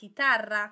chitarra